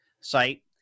site